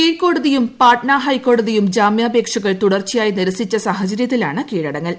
കീഴ്ക്കോടതിയും പാട്ന ഹൈക്കോടതിയും ജാമ്യാപേക്ഷകൾ തുടർച്ചയായി നിരസിച്ച സാഹചര്യത്തിലാണ് കീഴടങ്ങൽ